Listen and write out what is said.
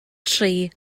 tri